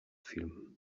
film